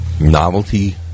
novelty